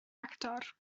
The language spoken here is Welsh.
actor